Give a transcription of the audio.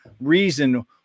reason